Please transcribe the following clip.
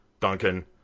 Duncan